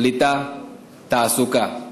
קליטה, תעסוקה.